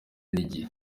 n’igihe